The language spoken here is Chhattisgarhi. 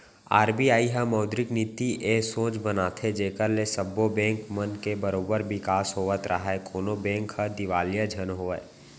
आर.बी.आई ह मौद्रिक नीति ए सोच बनाथे जेखर ले सब्बो बेंक मन के बरोबर बिकास होवत राहय कोनो बेंक ह दिवालिया झन होवय